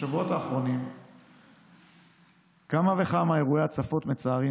בשבועות האחרונים היו כמה וכמה אירועי הצפות מצערים,